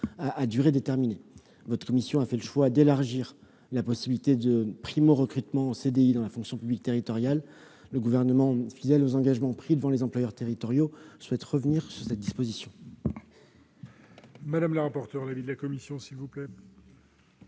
à durée déterminée. Votre commission a fait le choix d'élargir la possibilité de procéder à des primo-recrutements en CDI dans la fonction publique territoriale. Le Gouvernement, fidèle aux engagements pris devant les employeurs territoriaux, souhaite revenir sur cette disposition.